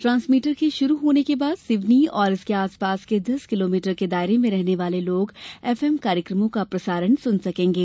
transmitter के श ुरू होने के बाद सिवनी और इसके आसपास के दस किलोमीटर के दायरे में रहने वाले लोग एफएम कार्यक्रमों का प्रसारण सुन सकेंगे